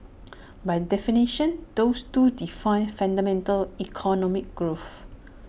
by definition those two define fundamental economic growth